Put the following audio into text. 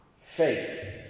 Faith